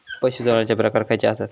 पशुसंवर्धनाचे प्रकार खयचे आसत?